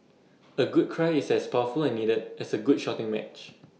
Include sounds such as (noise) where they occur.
(noise) A good cry is as powerful and needed as A good shouting match